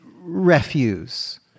refuse